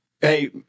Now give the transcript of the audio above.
Hey